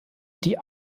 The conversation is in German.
die